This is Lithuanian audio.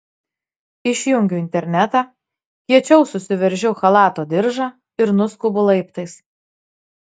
išjungiu internetą kiečiau susiveržiu chalato diržą ir nuskubu laiptais